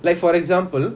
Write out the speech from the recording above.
like for example